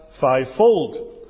fivefold